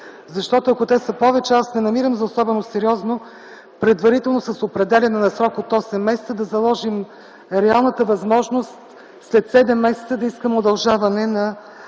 Защото ако те са повече, аз не намирам за особено сериозно предварително с определяне на срок от осем месеца да заложим реалната възможност след седем месеца да искаме удължаване на